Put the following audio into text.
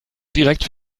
direkt